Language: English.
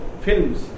films